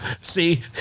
See